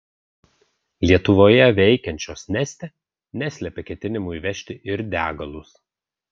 lietuvoje veikiančios neste neslepia ketinimų įvežti ir degalus